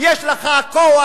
יש לך כוח,